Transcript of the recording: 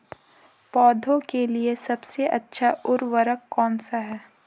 पौधों के लिए सबसे अच्छा उर्वरक कौनसा हैं?